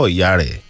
yare